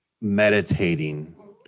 meditating